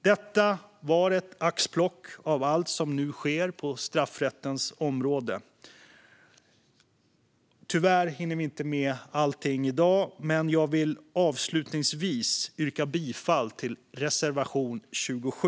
Detta var ett axplock av allt som nu sker på straffrättens område. Tyvärr hinner vi inte med allt i dag. Avslutningsvis vill jag yrka bifall till reservation 27.